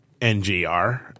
NGR